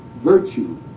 virtue